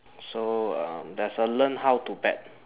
so um there's a learn how to bat